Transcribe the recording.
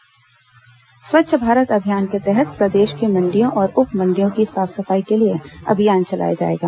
स्वच्छ भारत अभियान मंडी स्वच्छ भारत अभियान के तहत प्रदेश की मंडियों और उप मंडियों की साफ सफाई के लिए अभियान चलाया जाएगा